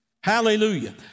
Hallelujah